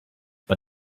but